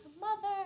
mother